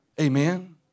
Amen